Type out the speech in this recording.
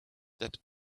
that